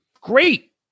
Great